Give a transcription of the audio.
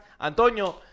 Antonio